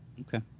Okay